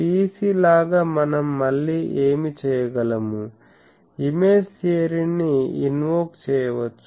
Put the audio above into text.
PEC లాగా మనం మళ్ళీ ఏమి చేయగలము ఇమేజ్ థియరీని ఇన్వోక్ చేయవచ్చు